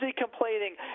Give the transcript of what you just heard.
complaining